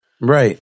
Right